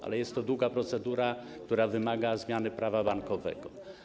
Ale to jest długa procedura, która wymaga zmiany Prawa bankowego.